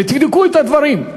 ותבדקו את הדברים.